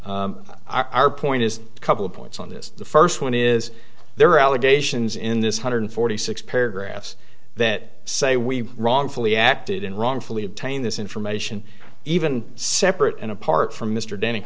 our point is a couple of points on this the first one is there are allegations in this hundred forty six paragraphs that say we wrongfully acted and wrongfully obtain this information even separate and apart from mr denny